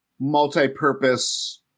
multi-purpose